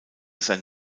sein